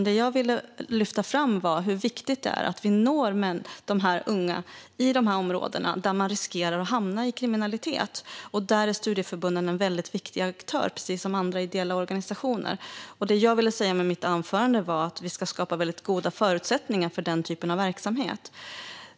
Det jag ville lyfta fram var hur viktigt det är att vi når de unga i de områden där de riskerar att hamna i kriminalitet. Där är studieförbunden en väldigt viktig aktör, precis som andra ideella organisationer. Det jag ville säga med mitt anförande var att vi ska skapa väldigt goda förutsättningar för den typen av verksamhet.